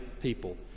people